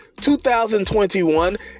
2021